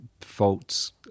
faults